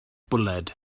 bwled